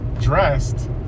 dressed